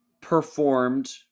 Performed